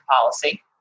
policy